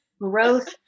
growth